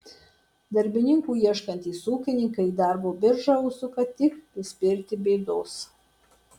darbininkų ieškantys ūkininkai į darbo biržą užsuka tik prispirti bėdos